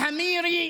"תגיד לחמורים